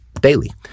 daily